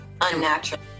unnatural